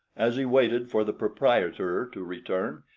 as he waited for the proprietor to return,